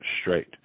straight